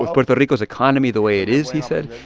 puerto rico's economy the way it is, he said,